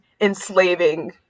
enslaving